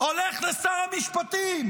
הולך לשר המשפטים,